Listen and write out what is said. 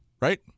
right